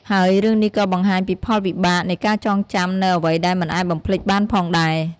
ហើយរឿងនេះក៏បង្ហាញពីផលវិបាកនៃការចងចាំនូវអ្វីដែលមិនអាចបំភ្លេចបានផងដែរ ។